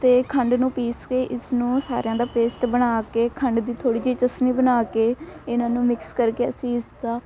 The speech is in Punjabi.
ਅਤੇ ਖੰਡ ਨੂੰ ਪੀਸ ਕੇ ਇਸਨੂੰ ਸਾਰਿਆਂ ਦਾ ਪੇਸਟ ਬਣਾ ਕੇ ਖੰਡ ਦੀ ਥੋੜ੍ਹੀ ਜਿਹੀ ਚਾਸ਼ਣੀ ਬਣਾ ਕੇ ਇਹਨਾਂ ਨੂੰ ਮਿਕਸ ਕਰਕੇ ਅਸੀਂ ਇਸਦਾ